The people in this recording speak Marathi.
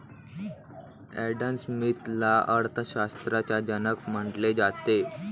ॲडम स्मिथला अर्थ शास्त्राचा जनक म्हटले जाते